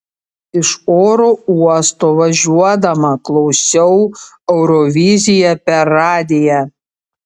iš oro uosto važiuodama klausiau euroviziją per radiją